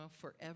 forever